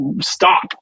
stop